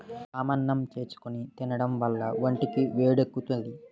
వామన్నం చేసుకుని తినడం వల్ల ఒంటికి వేడెక్కుతాది